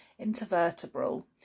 intervertebral